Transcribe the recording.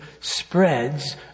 spreads